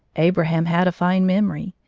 abraham had a fine memory.